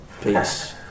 Peace